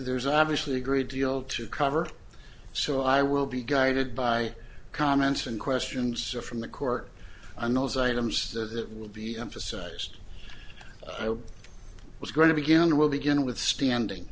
there's obviously a great deal to cover so i will be guided by comments and questions from the court and those items that will be emphasized i was going to begin will begin with standing